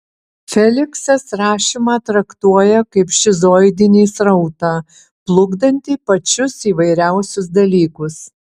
feliksas rašymą traktuoja kaip šizoidinį srautą plukdantį pačius įvairiausius dalykus